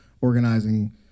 organizing